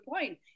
point